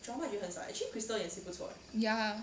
ya